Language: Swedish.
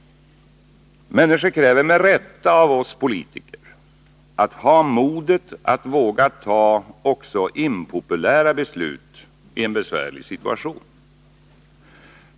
Människor kräver med rätta av oss politiker. modet att våga ta också impopulära beslut i en besvärlig situation.